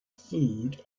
food